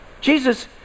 Jesus